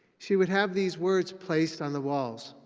she would have these words placed on the walls.